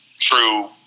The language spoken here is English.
true